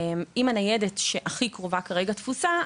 אם הניידת שהכי קרובה כרגע תפוסה,